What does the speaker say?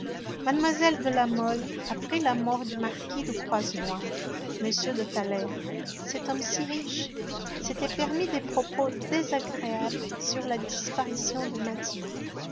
mlle de la mole apprit la mort du marquis de croisenois m de thaler cet homme si riche s'était permis des propos désagréables sur la disparition de mathilde